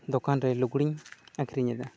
ᱫᱚᱠᱟᱱᱨᱮ ᱞᱩᱜᱽᱲᱤᱧ ᱟᱹᱠᱷᱨᱤᱧᱮᱫᱟ